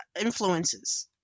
influences